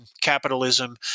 capitalism